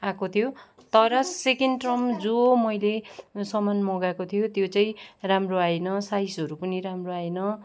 आएको थियो तर सेकेन्ड ट्रम जो मैले सामान मगाएको थियो त्यो चाहिँ राम्रो आएन साइजहरू पनि राम्रो आएन